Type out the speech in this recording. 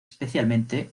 especialmente